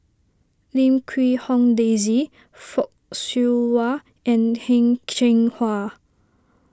Lim Quee Hong Daisy Fock Siew Wah and Heng Cheng Hwa